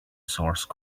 source